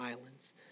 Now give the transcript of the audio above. islands